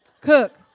Cook